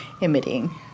emitting